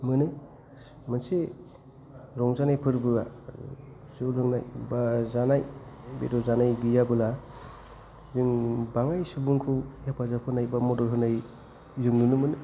मोनो मोनसे रंजानाय फोरबोआ जौ लोंनाय बा जानाय बेदर जानाय गैयाबोला जों बाङाय सुबुंखौ हेफाजाब होनाय बा मदद होनाय जों नुनो मोनो